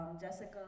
Jessica